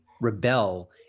rebel